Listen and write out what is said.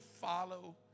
follow